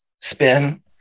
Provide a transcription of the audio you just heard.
spin